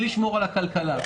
בשביל לשמור על הכלכלה,